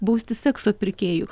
bausti sekso pirkėjų